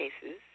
cases